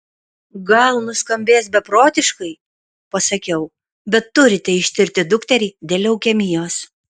gal nuskambės beprotiškai pasakiau bet turite ištirti dukterį dėl leukemijos